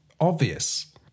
obvious